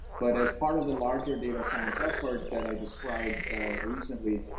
but as part of the larger data science effort that i described recently,